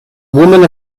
woman